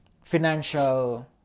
financial